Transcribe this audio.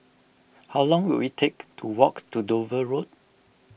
how long will it take to walk to Dover Road